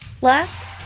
Last